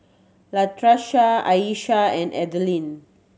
Latarsha Ayesha and Adalynn